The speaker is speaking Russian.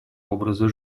образа